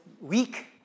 Week